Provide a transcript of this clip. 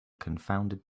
confounded